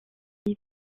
elle